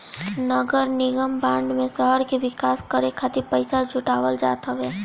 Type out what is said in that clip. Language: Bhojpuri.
नगरनिगम बांड में शहर के विकास करे खातिर पईसा जुटावल जात हवे